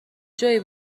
جویی